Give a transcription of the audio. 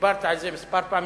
דיברת על זה כמה פעמים,